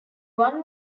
one